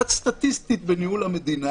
את סטטיסטית בניהול המדינה,